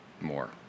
more